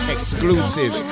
Exclusive